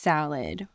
Salad